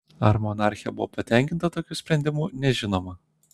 ar monarchė buvo patenkinta tokiu sprendimu nežinoma